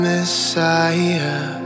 Messiah